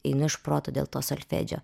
einu iš proto dėl to solfedžio